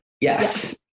Yes